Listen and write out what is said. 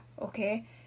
okay